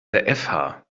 der